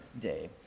day